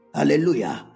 Hallelujah